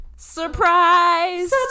Surprise